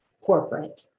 corporate